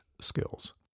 skills